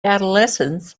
adolescents